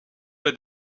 aide